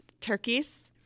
turkeys